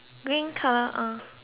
uh